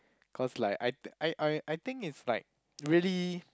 cause like I I I I think it's like really